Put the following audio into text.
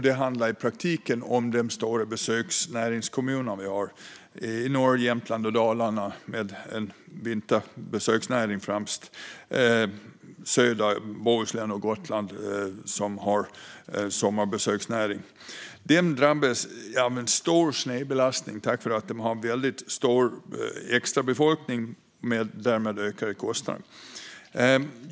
Det handlar i praktiken om kommunerna med en stor besöksnäring - i Jämtland och Dalarna i norr främst en vinterbesöksnäring och söderöver, i Bohuslän och på Gotland, en sommarbesöksnäring. Dessa kommuner drabbas av stor snedbelastning på grund av att de har en stor extrabefolkning och därmed ökade kostnader.